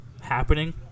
happening